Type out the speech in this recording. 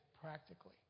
practically